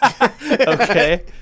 okay